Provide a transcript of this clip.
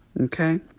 Okay